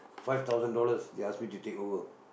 five thousand dollars they ask me to take over